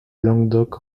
languedoc